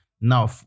Now